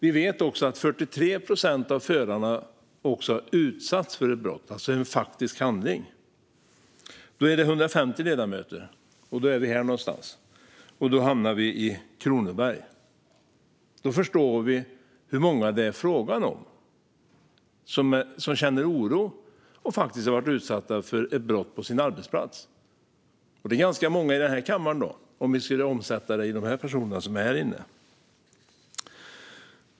Vi vet också att 43 procent av förarna har utsatts för ett brott - alltså för en faktisk handling. Det motsvarar 150 ledamöter, och då hamnar vi vid de platser som tillhör Kronobergs läns valkrets här i kammaren. Då förstår vi hur många det är frågan om som känner oro och som faktiskt har blivit utsatta för ett brott på sin arbetsplats. Det skulle vara ganska många i denna kammare om vi skulle omvandla det till de personer som är här inne.